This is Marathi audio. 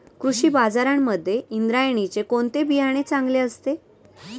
कृषी बाजारांमध्ये इंद्रायणीचे कोणते बियाणे चांगले असते?